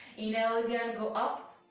you know again, go up.